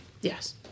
yes